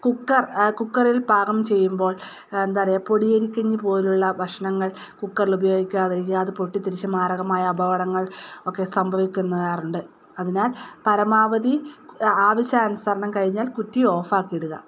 cooker കുക്കറിൽ പാകം ചെയ്യുമ്പോൾ എന്താ പറയുക പൊടിയരികഞ്ഞി പോലുള്ള ഭക്ഷണങ്ങൾ കുക്കറിൽ ഉപയോഗിക്കാതെ ഇരിക്കുക അതു പൊട്ടിത്തെറിച്ച് മാരകമായ അപകടങ്ങൾ ഒക്കെ സംഭവിക്കുന്ന ആകാറുണ്ട് അതിനാൽ പരമാവധി ആവശ്യാനുസരണം കഴിഞ്ഞാൽ കുറ്റി ഓഫ് ആക്കിയിടുക